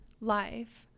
life